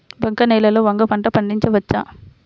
బంక నేలలో వంగ పంట పండించవచ్చా?